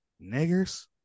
Niggers